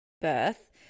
birth